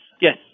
yes